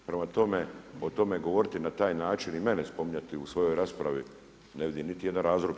Prema tome, o tome govoriti na taj način i mene spominjati u svojoj raspravi ne vidim niti jedan razlog.